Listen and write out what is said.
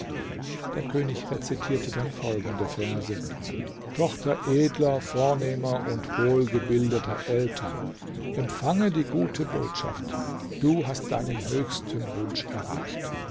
der könig rezitierte dann folgende verse tochter edler vornehmer und wohlgebildeter eltern empfange die gute botschaft du hast deinen höchsten wunsch erreicht